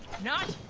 not